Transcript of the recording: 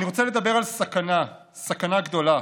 אני רוצה לדבר על סכנה, סכנה גדולה,